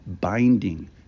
binding